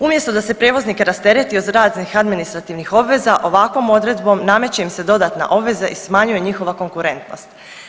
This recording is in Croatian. Umjesto da se prijevoznik rastereti od raznih administrativnih obveza, ovakvom odredbom nameće im se dodatna obveza i smanjuje njihova konkurentnost.